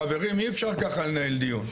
חברים, אי אפשר ככה לנהל דיון.